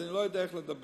אני לא יודע איך לדבר,